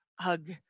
hug